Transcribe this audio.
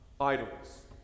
idols